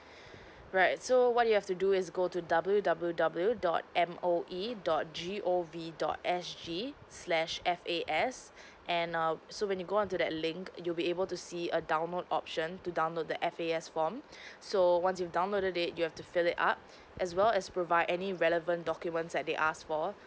right so what you have to do is go to W W W dot M O E dot G O V dot S G slash F_A_S and err so when you go onto that link you'll be able to see a download option to download the F_A_S form so once you downloaded it you have to fill it up as well as provide any relevant documents that they asked for